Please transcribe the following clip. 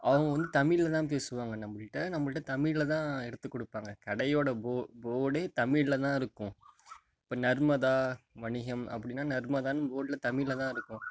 அவங்க வந்து தமிழில் தான் பேசுவாங்க நம்மள்ட்ட நம்மள்ட்ட தமிழில் தான் எடுத்து கொடுப்பாங்க கடையோட போ போர்டே தமிழில் தான் இருக்கும் இப்போ நர்மதா வணிகம் அப்படினா நர்மதான்னு போர்டில் தமிழில் தான் இருக்கும்